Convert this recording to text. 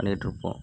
பண்ணிகிட்டிருப்போம்